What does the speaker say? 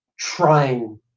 trying